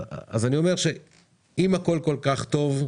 אם הכול כל כך טוב,